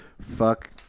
fuck